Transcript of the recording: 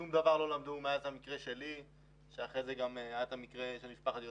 שום דבר לא למדו מאז המקרה שלי ואחרי כן גם היה המקרה של משפחת יוספי.